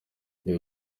ibyo